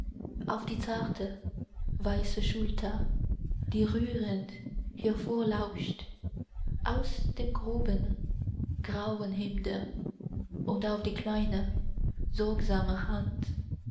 auf die zarte weiße schulter die rührend hervorlauscht aus dem groben grauen hemde und auf die kleine sorgsame hand